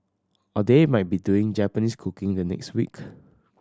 or they might be doing Japanese cooking the next week